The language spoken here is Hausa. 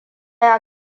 ya